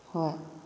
ꯍꯣꯏ